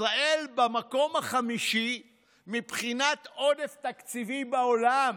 ישראל במקום החמישי מבחינת עודף תקציבי בעולם.